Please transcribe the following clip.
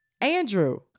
Andrew